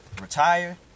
retire